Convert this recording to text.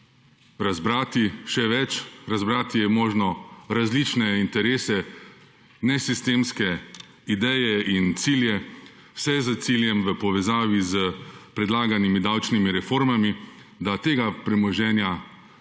razbrati. Še več, razbrati je možno različne interese nesistemske ideje in cilje vse s ciljem v povezavi s predlaganimi davčnimi reformami, da tega premoženja